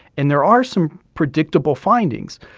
and there are some predictable findings.